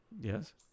Yes